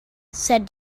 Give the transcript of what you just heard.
said